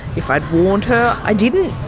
if i'd warned her, i didn't.